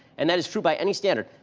and that is true by any standard.